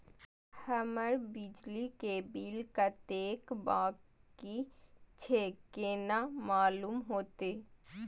हमर बिजली के बिल कतेक बाकी छे केना मालूम होते?